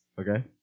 Okay